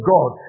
God